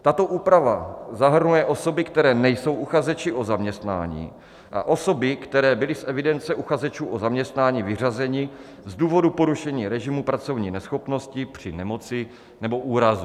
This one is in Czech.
Tato úprava zahrnuje osoby, které nejsou uchazeči o zaměstnání, a osoby, které byly z evidence uchazečů o zaměstnání vyřazeny z důvodu porušení režimu pracovní neschopnosti při nemoci nebo úrazu.